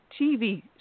TV